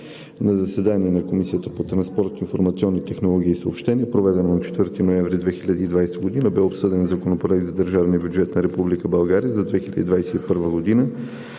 На заседание на Комисията по транспорт, информационни технологии и съобщения, проведено на 4 ноември 2020 г., бе обсъден Законопроект за държавния бюджет на Република